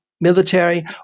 military